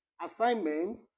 assignment